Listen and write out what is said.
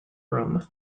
room